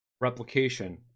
replication